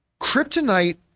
Kryptonite